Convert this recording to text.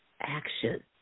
action